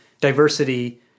diversity